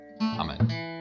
Amen